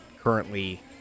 currently